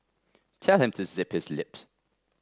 tell him to zip his lip